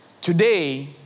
Today